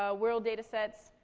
ah world data sets.